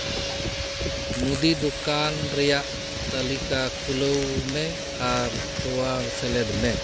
ᱢᱩᱫᱤ ᱫᱚᱠᱟᱱ ᱨᱮᱭᱟᱜ ᱛᱟᱹᱞᱤᱠᱟ ᱠᱷᱩᱞᱟᱹᱣ ᱢᱮ ᱟᱨ ᱛᱚᱣᱟ ᱥᱮᱞᱮᱫ ᱢᱮ